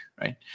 right